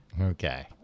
Okay